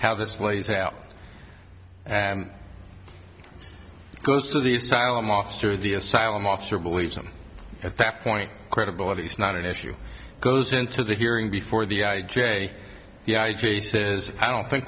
how this plays out and goes to the asylum officer the asylum officer believes him at that point credibility is not an issue goes into the hearing before the i j yeah i g s to is i don't think